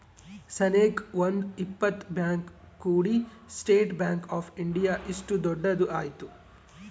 ಸನೇಕ ಒಂದ್ ಇಪ್ಪತ್ ಬ್ಯಾಂಕ್ ಕೂಡಿ ಸ್ಟೇಟ್ ಬ್ಯಾಂಕ್ ಆಫ್ ಇಂಡಿಯಾ ಇಷ್ಟು ದೊಡ್ಡದ ಆಯ್ತು